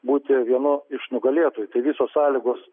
būti vienu iš nugalėtojų visos sąlygos